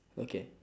okay